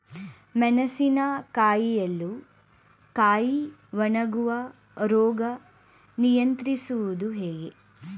ಮೆಣಸಿನ ಕಾಯಿಯಲ್ಲಿ ಕಾಯಿ ಒಣಗುವ ರೋಗ ನಿಯಂತ್ರಿಸುವುದು ಹೇಗೆ?